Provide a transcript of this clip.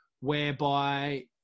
whereby